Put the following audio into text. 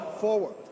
forward